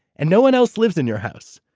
and no one else lives in your house,